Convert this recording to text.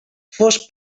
fos